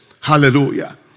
hallelujah